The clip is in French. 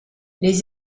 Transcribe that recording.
les